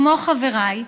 כמו חבריי,